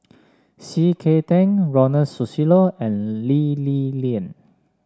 C K Tang Ronald Susilo and Lee Li Lian